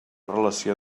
relació